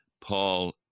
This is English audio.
Paul